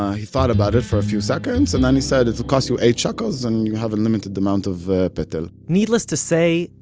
he thought about it for a few seconds and then he said, it will cost you eight shekels, and you have unlimited amount of ah but petel. needless to say,